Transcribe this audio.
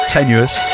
Tenuous